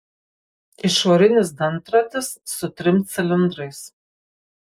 išorinis dantratis su trim cilindrais